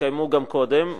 התקיימו גם קודם.